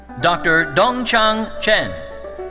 dr. dongchang chen.